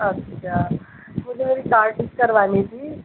अच्छा मुझे मेरी कार ठीक करवानी थी